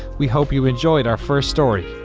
we hope you enjoyed our first story.